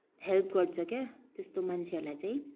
help गर्छ क्या त्यस्तो मान्छेहरूलाई चाहिँ